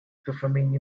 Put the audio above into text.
performing